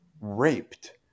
raped